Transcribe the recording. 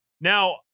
Now